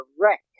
wreck